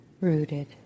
rooted